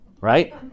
right